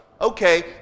okay